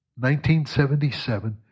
1977